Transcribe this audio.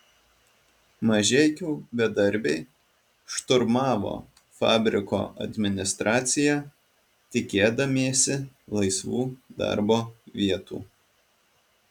mažeikių bedarbiai šturmavo fabriko administraciją tikėdamiesi laisvų darbo vietų